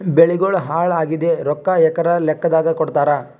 ಬೆಳಿಗೋಳ ಹಾಳಾಗಿದ ರೊಕ್ಕಾ ಎಕರ ಲೆಕ್ಕಾದಾಗ ಕೊಡುತ್ತಾರ?